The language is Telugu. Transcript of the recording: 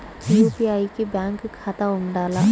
యూ.పీ.ఐ కి బ్యాంక్ ఖాతా ఉండాల?